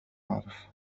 أعرف